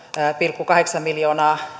pilkku kahdeksan miljoonaa